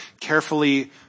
carefully